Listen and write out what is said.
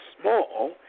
small